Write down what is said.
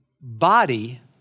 body